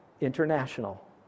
international